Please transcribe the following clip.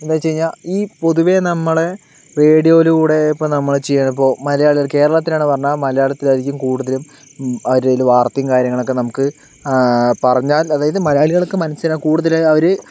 എന്ന് വെച്ച് കഴിഞ്ഞാ ഈ പൊതുവേ നമ്മള് റേഡിയോലൂടെ ഇപ്പൊ നമ്മള് ച്ചെയ് ഇപ്പൊ മലയാളികൾ കേരളത്തിലാണ് പറഞ്ഞ മലയാളത്തിലാരിക്കും കൂടുതലും അവരുടേല് വാർത്തയും കാര്യങ്ങളക്കെ നമുക്ക് പറഞ്ഞാൽ അതായിത് മലയാളികൾക്ക് മനസിലാ കൂടുതല് അവര്